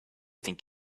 think